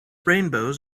rainbows